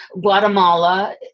Guatemala